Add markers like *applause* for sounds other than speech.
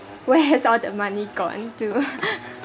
where all the money gone to *laughs*